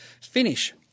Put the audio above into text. finish